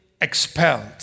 expelled